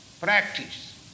practice